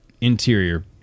interior